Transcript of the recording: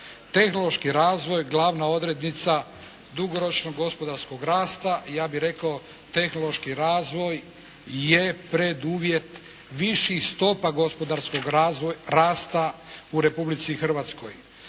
Tehnološki razvoj, glavna odrednica dugoročnog gospodarskog rasta. Ja bih rekao tehnološki razvoj je preduvjet viših stopa gospodarskog rasta u Republici Hrvatskoj.